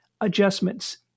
adjustments